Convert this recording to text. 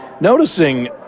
Noticing